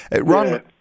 Ron